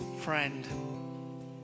friend